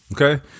Okay